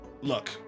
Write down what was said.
Look